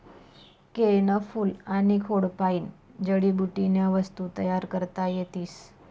केयनं फूल आनी खोडपायीन जडीबुटीन्या वस्तू तयार करता येतीस